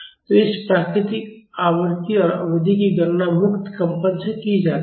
तो इस प्राकृतिक आवृत्ति और अवधि की गणना मुक्त कंपन से की जाती है